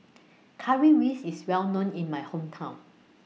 Currywurst IS Well known in My Hometown